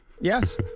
Yes